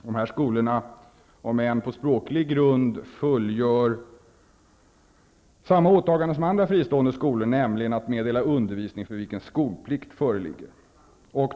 Dessa skolor, om än på språklig grund, fullgör samma åtagande som andra fristående skolor, nämligen att meddela undervisning för vilken skolplikt föreligger.